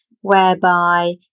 whereby